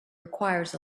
requires